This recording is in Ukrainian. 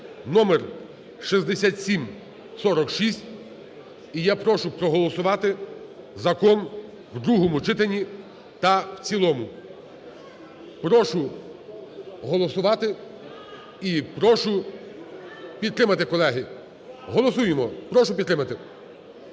(№ 6746). І я прошу проголосувати закон в другому читанні та в цілому. Прошу голосувати і прошу підтримати. Колеги, голосуємо. Прошу підтримати.